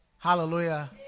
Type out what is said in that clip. Hallelujah